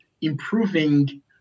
improving